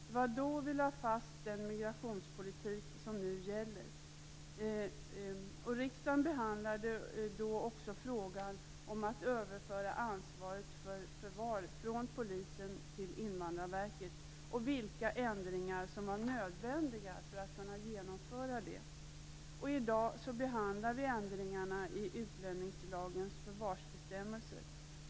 Det var då som vi lade fast den migrationspolitik som nu gäller. Riksdagen behandlade då också frågan om att överföra ansvaret för förvar från Polisen till Invandrarverket och vilka ändringar som var nödvändiga för att kunna genomföra det. I dag behandlar vi ändringarna i utlänningslagens förvarsbestämmelser.